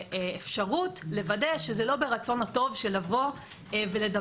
אפשרות לוודא שזה לא ברצון הטוב של לבוא ולדווח.